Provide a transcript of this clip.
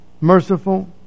merciful